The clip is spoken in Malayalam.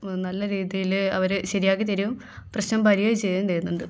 നല്ല രീതിയിൽ അവർ ശരിയാക്കി തരും പ്രശ്നം പരിഹരിച്ച് തരുകയും തരുന്നുണ്ട്